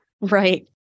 Right